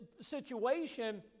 situation